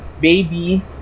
Baby